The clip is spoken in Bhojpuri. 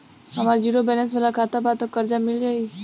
हमार ज़ीरो बैलेंस वाला खाता बा त कर्जा मिल जायी?